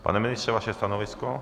Pane ministře, vaše stanovisko?